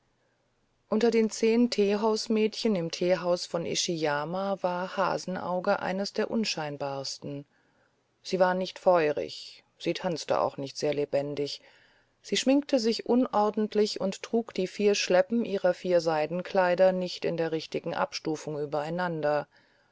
unter den zehn teehausmädchen im teehaus von ishiyama war hasenauge eines der unscheinbarsten sie war nicht feurig sie tanzte auch nicht sehr lebendig sie schminkte sich unordentlich und trug die vier schleppen ihrer vier seidenkleider nicht in der richtigen abstufung übereinander